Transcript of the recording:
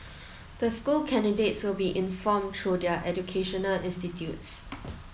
the school candidates will be informed through their educational institutes